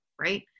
right